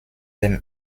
dem